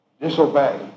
disobey